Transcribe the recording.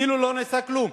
כאילו לא נעשה כלום.